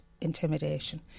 intimidation